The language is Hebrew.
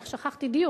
איך שכחתי דיור?